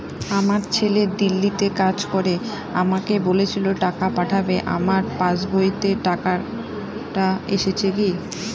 আমার ছেলে দিল্লীতে কাজ করে আমাকে বলেছিল টাকা পাঠাবে আমার পাসবইতে টাকাটা এসেছে কি?